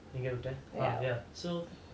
எங்க விட்டேன்:enga vittaen ah ya so